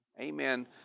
Amen